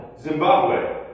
Zimbabwe